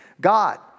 God